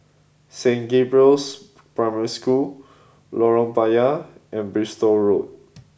Saint Gabriel's Primary School Lorong Payah and Bristol Road